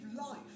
life